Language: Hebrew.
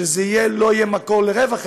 שזה לא יהיה מקור לרווח,